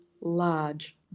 large